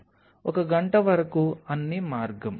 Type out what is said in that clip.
1 గంట వరకు అన్ని మార్గం